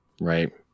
Right